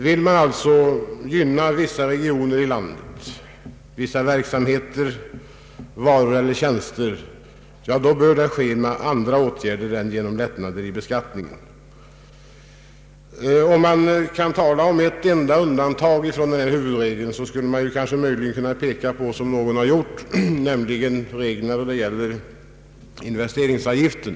Vill man gynna vissa regioner i landet — vissa verksamheter, varor eller tjänster — bör det ske med andra åt gärder än genom lättnader i beskattningen. Ett enda undantag från denna huvudregel skulle möjligen vara såsom någon har framhållit — investeringsavgiften.